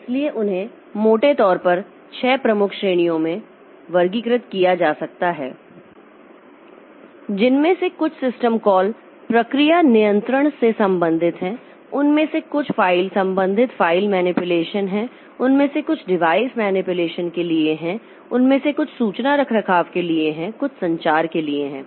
इसलिए उन्हें मोटे तौर पर छह प्रमुख श्रेणियों में वर्गीकृत किया जा सकता है जिनमें से कुछ सिस्टम कॉल प्रक्रिया नियंत्रण से संबंधित हैं उनमें से कुछ फ़ाइल संबंधित फ़ाइल मैनीपुलेशन हैं उनमें से कुछ डिवाइस मैनीपुलेशन के लिए हैं उनमें से कुछ सूचना रखरखाव के लिए हैं कुछ संचार के लिए हैं